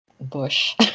bush